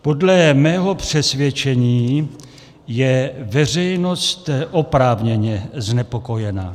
Podle mého přesvědčení je veřejnost oprávněně znepokojena.